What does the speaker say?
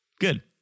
good